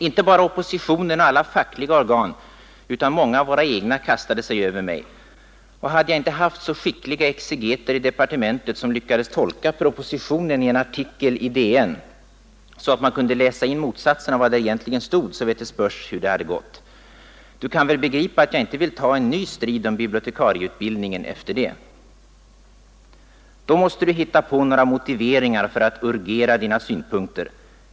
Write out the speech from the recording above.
Inte bara oppositionen och alla fackliga organ utan många av våra egna kastade sig över mig, och hade jag inte haft så skickliga exegeter i departementet som lyckades tolka propositionen i en artikel i Dagens Nyheter så att man kunde läsa in motsatsen av vad där egentligen stod, så vete spörs hur det hade gått. Du kan väl begripa att jag inte vill ta en ny strid om bibliotekarieutbildningen efter det. Gunnar: Då måste du hitta på några motiveringar för att urgera dina synpunkter.